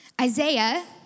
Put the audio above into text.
Isaiah